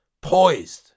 poised